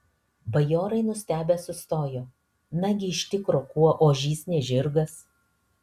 bajorai nustebę sustojo nagi iš tikro kuo ožys ne žirgas